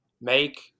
make